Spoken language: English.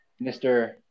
Mr